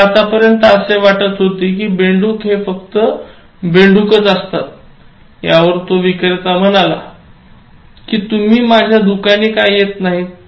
मला आतापर्यन्त असे वाटत होते की बेडूक हे फक्त बेडूक असतात यावर तो विक्रेता शिक्षकाला म्हणाला कि तुम्ही माझ्या दुकानी का येत नाहीत